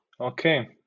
Okay